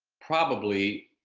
probably